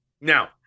Now